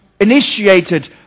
initiated